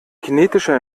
kinetische